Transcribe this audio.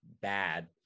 bad